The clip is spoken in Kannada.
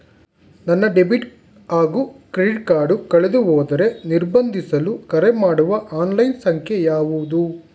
ನನ್ನ ಡೆಬಿಟ್ ಹಾಗೂ ಕ್ರೆಡಿಟ್ ಕಾರ್ಡ್ ಕಳೆದುಹೋದರೆ ನಿರ್ಬಂಧಿಸಲು ಕರೆಮಾಡುವ ಆನ್ಲೈನ್ ಸಂಖ್ಯೆಯಾವುದು?